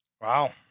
Wow